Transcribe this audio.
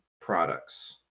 products